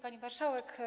Pani Marszałek!